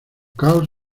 caos